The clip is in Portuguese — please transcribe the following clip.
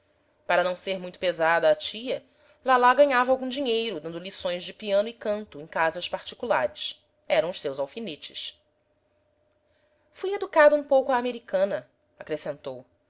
para não ser muito pesada à tia lalá ganhava algum dinheiro dando lições de piano e canto em casas particulares eram os seus alfinetes fui educada um pouco à americana acrescentou